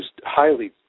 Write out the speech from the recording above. highly